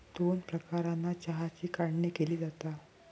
दोन प्रकारानं चहाची काढणी केली जाता